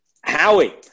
Howie